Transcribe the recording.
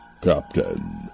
Captain